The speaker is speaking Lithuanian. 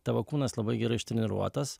tavo kūnas labai gerai ištreniruotas